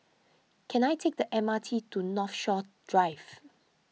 can I take the M R T to Northshore Drive